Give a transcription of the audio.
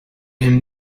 him